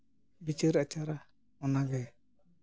ᱵᱤᱪᱟᱹᱨ ᱟᱪᱟᱨᱟ ᱚᱱᱟᱜᱮ